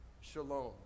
shalom